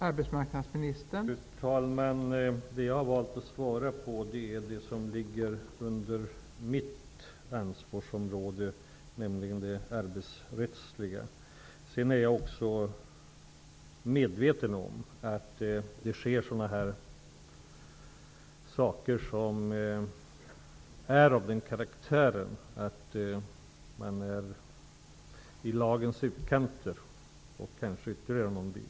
Fru talman! Jag har valt att svara på det som ligger under mitt ansvarsområde, nämligen det arbetsrättsliga. Jag är också medveten om att det händer saker som är av den karaktären att man är i lagens utkanter och kanske t.o.m. en bit utanför.